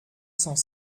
cent